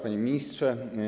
Panie Ministrze!